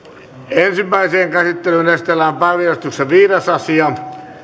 ensimmäiseen käsittelyyn esitellään päiväjärjestyksen viides asia